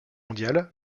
mondiale